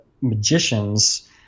magicians